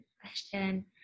question